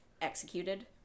executed